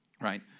right